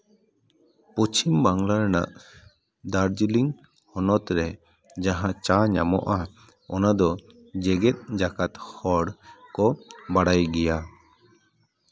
ᱯᱚᱪᱷᱤᱢ ᱵᱟᱝᱞᱟ ᱨᱮᱱᱟᱜ ᱫᱟᱨᱡᱤᱞᱤᱝ ᱦᱚᱱᱚᱛ ᱨᱮ ᱡᱟᱦᱟᱸ ᱪᱟ ᱧᱟᱢᱚᱜᱼᱟ ᱚᱱᱟ ᱫᱚ ᱡᱮᱸᱜᱮᱛ ᱡᱟᱠᱟᱛ ᱦᱚᱲ ᱠᱚ ᱵᱟᱲᱟᱭ ᱜᱮᱭᱟ